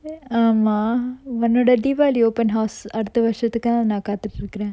ஆமா ஒன்னோட:aama onnoda deepavali open house அடுத்த வருசத்துக்காக நா காத்துட்டு இருக்குறன்:adutha varusathukkaka na kathuttu irukkuran